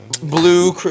Blue